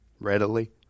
readily